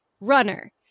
runner